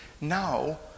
now